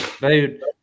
dude